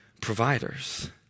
providers